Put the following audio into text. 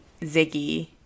ziggy